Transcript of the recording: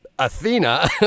Athena